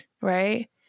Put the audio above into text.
right